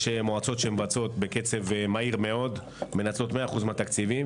יש מועצות שמבצעות בקצב מהיר מאוד ומנצלות 100% מהתקציבים,